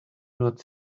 not